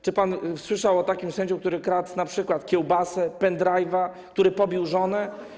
Czy pan słyszał o takim sędzim, który kradł np. kiełbasę, pendrive’a, który pobił żonę?